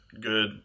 good